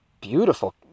beautiful